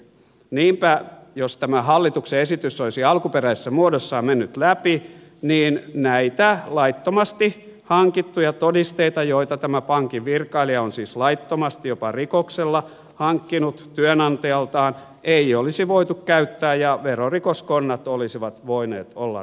niinpä jos tämä hallituksen esitys olisi alkuperäisessä muodossaan mennyt läpi näitä laittomasti hankittuja todisteita joita tämä pankin virkailija on siis laittomasti jopa rikoksella hankkinut työnantajaltaan ei olisi voitu käyttää ja verorikoskonnat olisivat voineet olla rauhassa